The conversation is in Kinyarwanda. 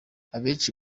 abenshi